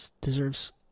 deserves